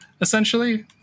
Essentially